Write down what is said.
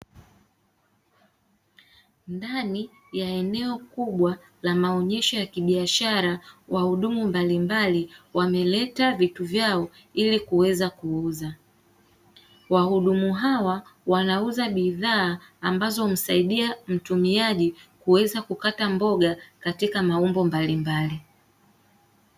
Ndani ya eneo kubwa la maonyesho ya kibiashara. Wahudumu mbalimbali wameleta vitu vyao ili kuweza kuuza. Wahudumu hawa wanauza bidhaa ambazo humsaidia mtumiaji kuweza kukata mboga katika maumbo mbalimbali.